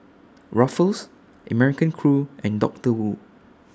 Ruffles American Crew and Doctor Wu